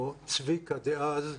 או צביקה דאז,